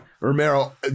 Romero